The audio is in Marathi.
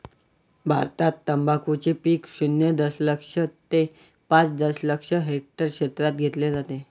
भारतात तंबाखूचे पीक शून्य दशलक्ष ते पाच दशलक्ष हेक्टर क्षेत्रात घेतले जाते